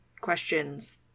questions